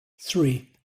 three